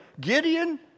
Gideon